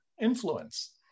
influence